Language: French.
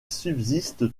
subsiste